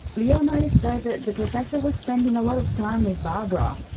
lior noticed though that the professor was spending a lot of time with barbara.